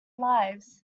lives